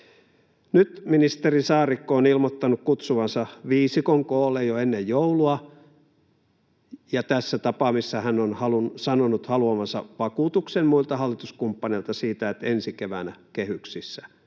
Nyt ministeri Saarikko on ilmoittanut kutsuvansa viisikon koolle jo ennen joulua, ja tässä tapaamisessa hän on sanonut haluavansa vakuutuksen muilta hallituskumppaneilta siitä, että ensi keväänä kehyksissä